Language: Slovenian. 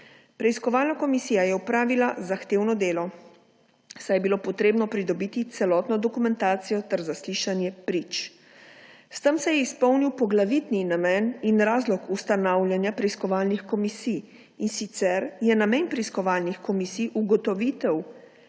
Preiskovalna komisija je opravila zahtevno delo, saj je bilo potrebno pridobiti celotno dokumentacijo ter zaslišanje prič. S tem se je izpolnil poglavitni namen in razlog ustanavljanja preiskovalnih komisij, in sicer je namen preiskovalnih komisij ugotovitev